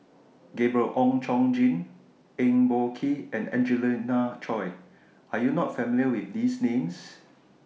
Gabriel Oon Chong Jin Eng Boh Kee and Angelina Choy Are YOU not familiar with These Names